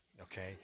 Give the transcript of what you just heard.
Okay